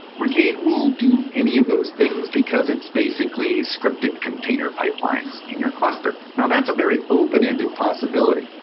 brigade will do any of those things, because it's basically scripted container pipelines in your cluster. now that's a very open ended possibility.